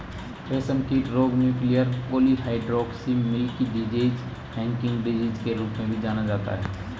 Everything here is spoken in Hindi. रेशमकीट रोग nuclear polyhedrosis, milky disease, hanging disease के रूप में भी जाना जाता है